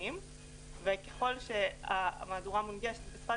סימנים וככל שהמהדורה מונגשת בשפת